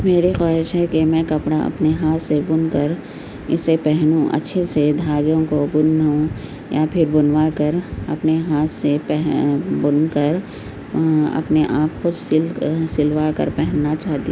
میری خواہش ہے کہ میں کپڑا اپنے ہاتھ سے بن کر اسے پہنوں اچھے سے دھاگوں کو بنوں یا پھر بنواکر اپنے ہاتھ سے پہے بن کر اپنے ہاتھوں سے سل کر سلواکر پہننا چاہتی